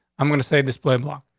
i'm going to say display block,